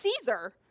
Caesar